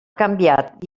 canviat